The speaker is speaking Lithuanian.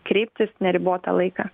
kreiptis neribotą laiką